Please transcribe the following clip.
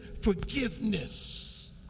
forgiveness